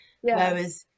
whereas